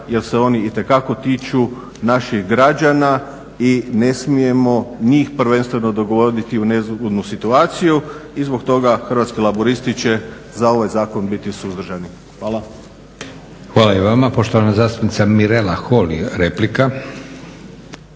jer se oni itekako tiču naših građana i ne smijemo njih prvenstveno dovoditi u nezgodnu situaciju i zbog toga Hrvatski laburisti će za ovaj zakon biti suzdržani. Hvala. **Leko, Josip (SDP)** Hvala i vama. Poštovana zastupnica Mirela Holy, replika.